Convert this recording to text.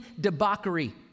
debauchery